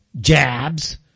jabs